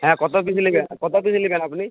হ্যাঁ কতো পিস নেবেন কতো পিস নেবেন আপনি